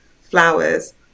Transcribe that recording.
flowers